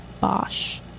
Bosch